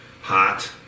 hot